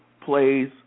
plays